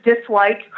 dislike